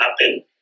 happen